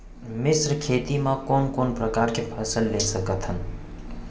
मिश्र खेती मा कोन कोन प्रकार के फसल ले सकत हन?